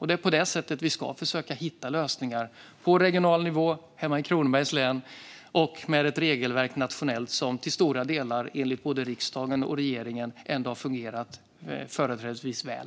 Det är på det sättet som vi ska försöka att hitta lösningar på regional nivå hemma i Kronobergs län och med ett regelverk nationellt som till stora delar enligt både riksdagen och regeringen ändå har fungerat företrädesvis väl.